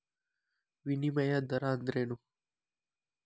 ವಿನಿಮಯ ದರ ಅಂದ್ರೇನು?